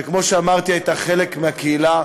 שכמו שאמרתי, הייתה חלק מהקהילה.